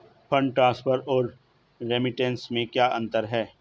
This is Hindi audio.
फंड ट्रांसफर और रेमिटेंस में क्या अंतर है?